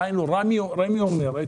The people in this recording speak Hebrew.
רמ"י אומרת